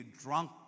drunk